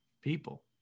people